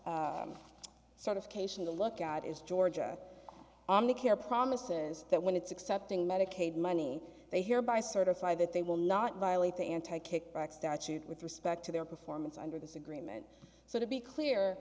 of cation to look at is georgia on the care promises that when it's accepting medicaid money they here by certify that they will not violate the anti kickback statute with respect to their performance under this agreement so to be clear